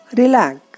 relax